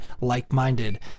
like-minded